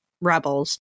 Rebels